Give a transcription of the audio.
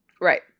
Right